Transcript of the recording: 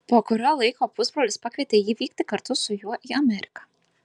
po kurio laiko pusbrolis pakvietė jį vykti kartu su juo į ameriką